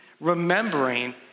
Remembering